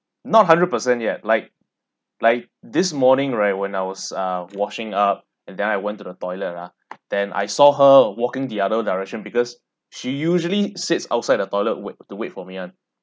not hundred percent yet like like this morning right when I was uh washing up and then I went to the toilet ah then I saw her walking the other direction because she usually sits outside the toilet wait to wait for me [one]